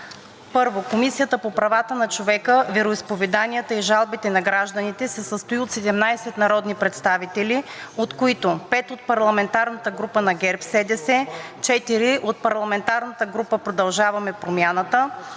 1. Комисията по правата на човека, вероизповеданията и жалбите на гражданите се състои от 17 народни представители, от които: 5 от парламентарната група на ГЕРБ-СДС; 4 от парламентарната група „Продължаваме Промяната“;